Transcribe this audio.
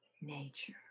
nature